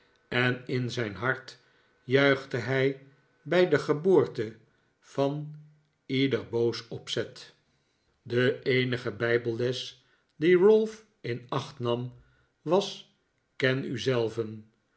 en in zijn hart juichte hij bij de geboorte van ieder boos opzet de eenige bijbelles die ralph in acht nam was ken u zelven